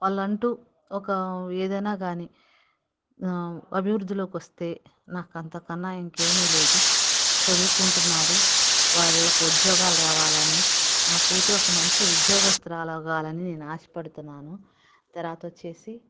వాళ్ళంటూ ఒక ఏదైనా కాని అభివృద్ధిలోకి వస్తే నాకు అంత కన్నా ఇంకేమీ లేదు చదువుకుంటున్నారు వాళ్ళకి ఉద్యోగాలు రావాలని నా కూతురు ఒక మంచి ఉద్యోగస్తురాలు అవ్వాలని నేను ఆశపడుతున్నాను తర్వాత వచ్చేసి